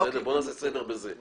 הרישיון לעיסוק בקנבוס.